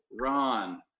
Ron